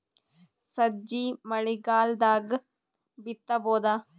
ಸಜ್ಜಿ ಮಳಿಗಾಲ್ ದಾಗ್ ಬಿತಬೋದ?